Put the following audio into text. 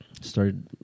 started